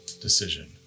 decision